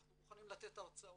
אנחנו מוכנים לתת הרצאות,